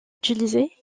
utilisée